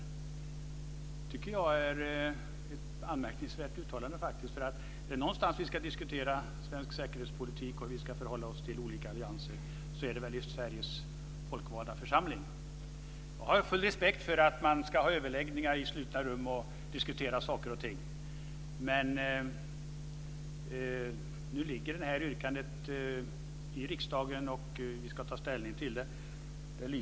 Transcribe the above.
Jag tycker faktiskt att det är ett anmärkningsvärt uttalande. Om det är någonstans som vi ska diskutera svensk säkerhetspolitik och hur vi ska förhålla oss till olika allianser är det väl i Sveriges folkvalda riksdag. Jag har full respekt för att man ska ha överläggningar i slutna rum och diskutera saker och ting, men nu ligger det här yrkandet i riksdagen, och vi ska ta ställning till det.